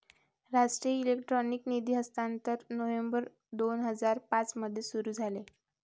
राष्ट्रीय इलेक्ट्रॉनिक निधी हस्तांतरण नोव्हेंबर दोन हजार पाँच मध्ये सुरू झाले